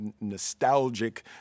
nostalgic